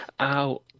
Ow